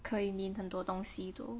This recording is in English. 可以 mean 很多东西 so